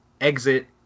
exit